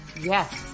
Yes